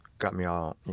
got me all you